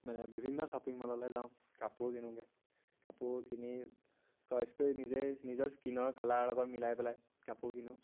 মানে বিভিন্ন শ্বপিং মললে যাওঁ কাপোৰ কিনোগে কাপোৰ কিনি চইজ কৰি নিজেই নিজৰ স্কিনৰ কালাৰৰ লগগত মিলাই পেলাই কাপোৰ কিনো